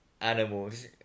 animals